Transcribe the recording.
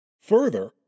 further